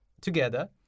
together